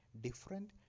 different